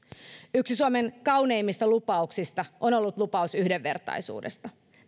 yksi suomen kauneimmista lupauksista on ollut lupaus yhdenvertaisuudesta